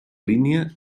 línia